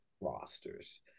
rosters